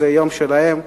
זה יום שלהם,